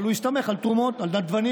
אבל הוא הסתמך על תרומות, על נדבנים.